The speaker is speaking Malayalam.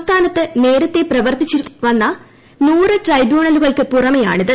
സംസ്ഥാനത്ത് നേരൂത്ത്കൃപ്ര്യവർത്തിച്ചുവന്ന നൂറ് ട്രൈബ്യൂണലുകൾക്ക് പുറമെയാണിത്